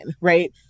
right